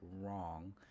wrong